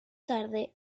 tarde